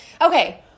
okay